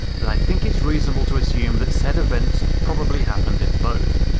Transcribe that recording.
then i think it's reasonable to assume that said events probably happened in both.